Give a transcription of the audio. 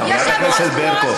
חברת הכנסת ברקו,